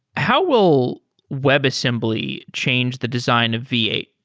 how will webassembly change the design of v eight?